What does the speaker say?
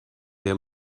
der